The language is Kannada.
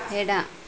ಎಡ